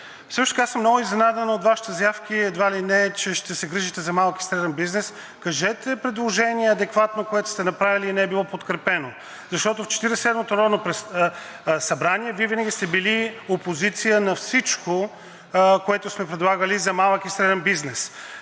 Също така съм много изненадан от Вашите заявки едва ли не, че ще се грижите за малкия и средния бизнес. Кажете адекватно предложение, което сте направили, и не е било подкрепено, защото в Четиридесет и седмото народно събрание Вие винаги сте били опозиция на всичко, което сме предлагали, за малък и среден бизнес.